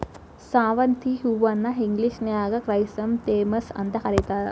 ಶಾವಂತಿಗಿ ಹೂವನ್ನ ಇಂಗ್ಲೇಷನ್ಯಾಗ ಕ್ರೈಸಾಂಥೆಮಮ್ಸ್ ಅಂತ ಕರೇತಾರ